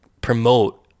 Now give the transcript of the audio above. promote